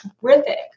terrific